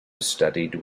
studied